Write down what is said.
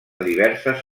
diverses